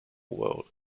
world